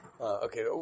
Okay